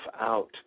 out